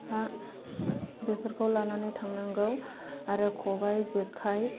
बा बेफोरखौ लानानै थांनांगौ आरो खबाय जेखाइ